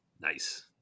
Nice